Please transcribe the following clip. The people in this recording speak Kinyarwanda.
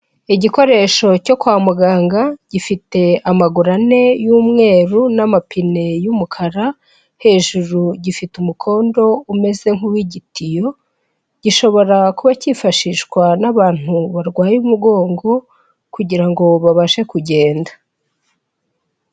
Igikoresho cyo kwa muganga, gifite amaguru ane y'umweru n'amapine y'umukara, hejuru gifite umukondo umeze nk'uw'igitiyo, gishobora kuba cyifashishwa n'abantu barwaye umugongo kugira ngo babashe kugenda.